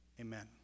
Amen